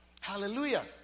Hallelujah